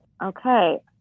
Okay